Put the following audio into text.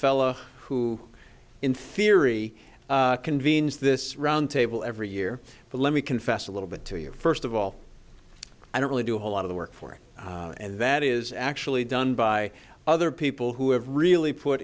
fellow who in theory convenes this round table every year but let me confess a little bit to you first of all i don't really do a whole lot of the work for it and that is actually done by other people who have really put